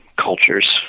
cultures